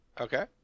Okay